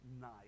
night